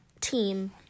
team